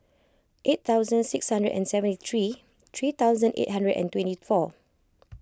eight thousand six hundred and seventy three three thousand eight hundred and twenty four